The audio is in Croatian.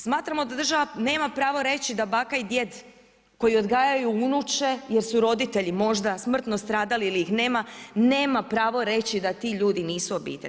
Smatramo da država nema pravo reći, da baka i djed, koji odgajaju unuče, jer su roditelji možda smrtno stradali ili ih nema, nema pravo reći da ti ljudi nisu obitelj.